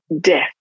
death